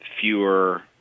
fewer